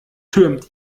türmt